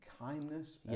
kindness